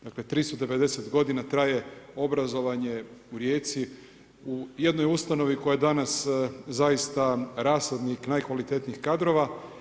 Dakle, 390 g. traje obrazovanje u Rijeci, u jednoj ustanovi koja je danas zaista rashodnik najkvalitetnijih kadrova.